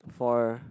for